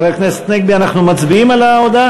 גם הצעת הסיעות בל"ד,